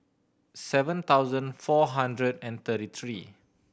seven thousand four hundred and thirty three